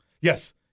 Yes